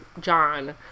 John